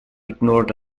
ignored